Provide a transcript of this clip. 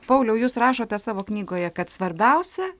pauliau jūs rašote savo knygoje kad svarbiausia